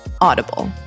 Audible